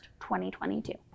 2022